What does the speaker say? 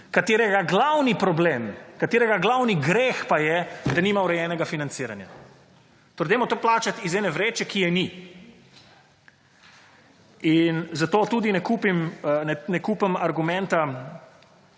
katerega glavni problem, katerega glavni greh pa je, da nima urejenega financiranja. Torej, dajmo to plačat iz ene vreče, ki je ni. In, zato tudi ne kupim argumenta,